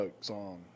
song